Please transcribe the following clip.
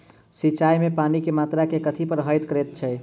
सिंचाई मे पानि केँ मात्रा केँ कथी प्रभावित करैत छै?